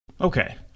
Okay